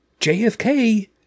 JFK